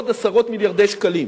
בעוד עשרות מיליארדי שקלים.